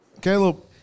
Caleb